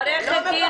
לא מפחדות.